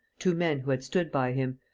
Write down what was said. two men who had stood by him,